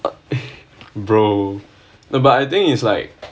brother but I think it's like